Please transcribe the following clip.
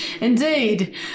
Indeed